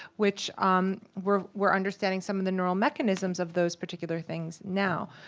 which um we're we're understanding some of the neural mechanisms of those particular things now.